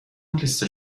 لیست